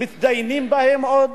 מתדיינים בהם עוד.